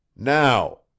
Now